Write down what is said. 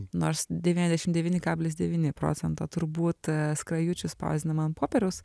nors devyniasdešim devyni kablis devyni procento turbūt skrajučių spausdinama ant popieriaus